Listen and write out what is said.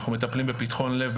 אנחנו מטפלים בפתחון לב,